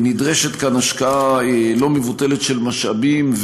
נדרשת כאן השקעה לא מבוטלת של משאבים,